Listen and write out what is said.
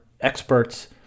experts